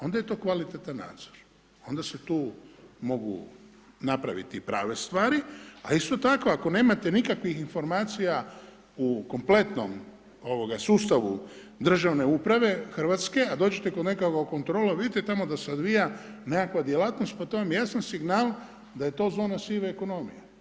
Onda je to kvalitetan nadzor, onda se tu mogu napraviti prave stvari, a isto tako, ako nemate nikakvih informacija u kompletnom sustavu državne uprave Hrvatske, a dođete kod nekog u kontrolu, vidite da se tamo odvija nekakva djelatnost, pa to vam je jasan signal da je to zona sive ekonomije.